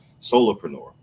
solopreneur